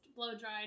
Blow-dried